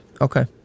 Okay